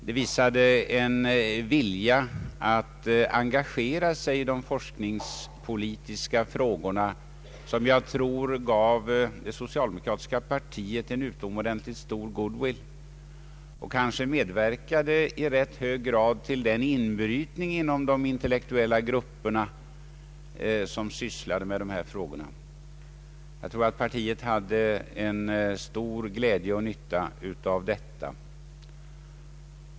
Det visade en vilja att engagera sig i de forskningspolitiska frågorna som enligt min uppfattning gav det socialdemokratiska partiet en utomordentligt stor goodwill och kanske i rätt hög grad medverkade till den inbrytning som partiet gjorde i de intellektuella grupper som sysslade med dessa frågor. Jag tror att partiet hade en stor glädje och nytta av detta.